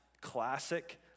classic